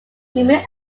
human